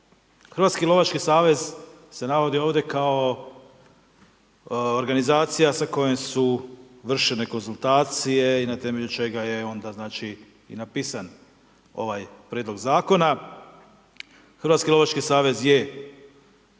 Hrvatski lovački savez se navodi ovdje kao organizacija sa kojom su vršene konzultacije i na temelju čega je onda znači i napisan ovaj prijedlog zakona. Hrvatski lovački savez je